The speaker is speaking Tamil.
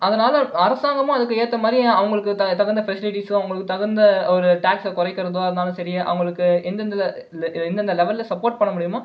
அதனால் அரசாங்கமும் அதுக்கு ஏற்ற மாதிரி அவர்களுக்கு தகுந்த ஃபெசிலிட்டிஸு அவர்களுக்கு தகுந்த ஒரு டேக்ஸை குறைக்கிறதா இருந்தாலும் சரி அவர்களுக்கு எந்தெந்த எந்தெந்த லெவலில் சப்போர்ட் பண்ணமுடியுமோ